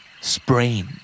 Sprain